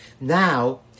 Now